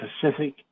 Pacific